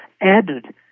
added